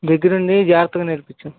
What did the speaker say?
దగ్గర ఉండి జాగ్రత్తగా నేర్పించు